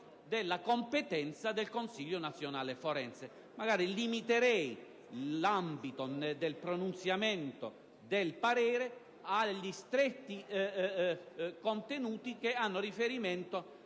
della competenza del Consiglio nazionale forense». Magari limiterei l'ambito del pronunziamento del parere agli stretti contenuti che hanno riferimento